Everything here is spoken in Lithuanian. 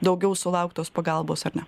daugiau sulaukt tos pagalbos ar ne